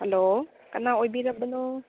hello ꯀꯅꯥ ꯑꯣꯏꯕꯤꯔꯕꯅꯣ